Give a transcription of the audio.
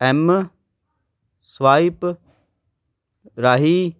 M swipe ਰਾਹੀਂ